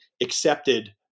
accepted